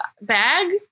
bag